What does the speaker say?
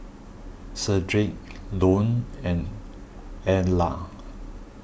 Shedrick Lone and Edla